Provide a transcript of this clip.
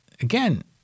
Again